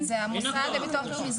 זה המוסד לביטוח לאומי.